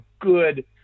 good